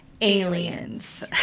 aliens